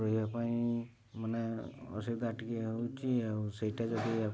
ରହିବା ପାଇଁ ମାନେ ଅସୁବିଧା ଟିକେ ହେଉଛି ଆଉ ସେଇଟା ଯଦି